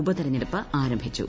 ഉപതിരഞ്ഞെടുപ്പ് ആരംഭിച്ചു